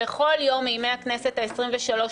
בכל יום מימי הכנסת העשרים-ושלוש,